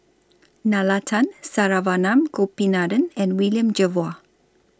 Nalla Tan Saravanan Gopinathan and William Jervois